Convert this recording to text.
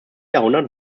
jahrhundert